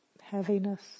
Heaviness